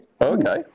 Okay